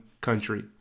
country